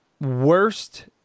worst